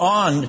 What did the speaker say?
on